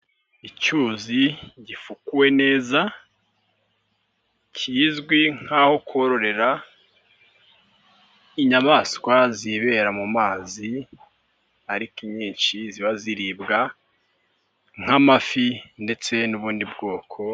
Icyuzi gifukuwe neza, kizwi nk'aho kororera inyamaswa zibera mu mazi ariko inyinshi ziba ziribwa nk'amafi ndetse n'ubundi bwoko.